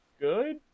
good